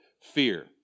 fear